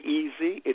easy